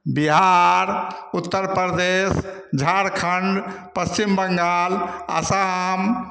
Bihar Uttar Pradesh Jharkhand Paschim Bangal Assam